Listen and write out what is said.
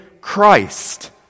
Christ